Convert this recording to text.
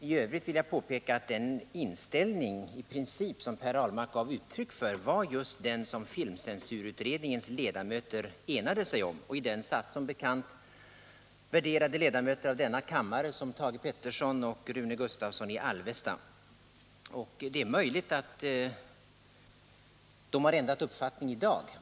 I övrigt vill jag påpeka att den inställning i princip som Per Ahlmark gav uttryck för var just den som filmcensurutredningens ledamöter enade sig om. I den satt som bekant värderade ledamöter av denna kammare som Thage Peterson och Rune Gustavsson i Alvesta. Det är möjligt att de har ändrat uppfattning i dag.